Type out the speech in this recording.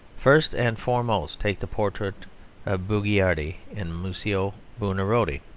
first and foremost take the portrait of bugiardini in museo buonarotti.